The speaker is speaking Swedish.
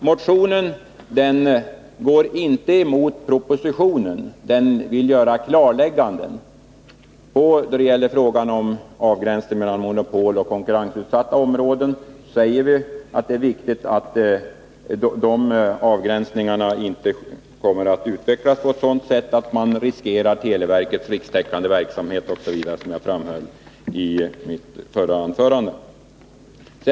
Motionen går inte emot propositionen — den syftar till klarlägganden. Då det gäller frågan om en avgränsning mellan monopolområde och konkurrensutsatta områden är det viktigt att en sådan avgränsning inte utvecklas så att man riskerar televerkets rikstäckande verksamhet osv. — jag framhöll det i mitt förra anförande.